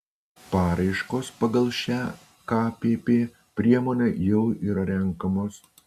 paraiškos pagal šią kpp priemonę jau yra renkamos